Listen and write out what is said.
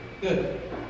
Good